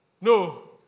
No